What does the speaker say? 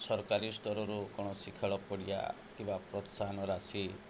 ସରକାରୀ ସ୍ତରରୁ କ'ଣ ଶିକ୍ଷା ପଡ଼ିଆ କିମ୍ବା ପ୍ରୋତ୍ସାହନ ରାଶି